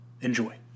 Enjoy